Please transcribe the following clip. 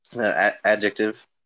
Adjective